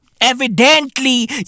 Evidently